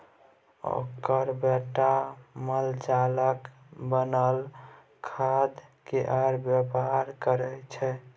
ओकर बेटा मालजालक बनल खादकेर बेपार करय छै